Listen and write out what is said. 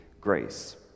grace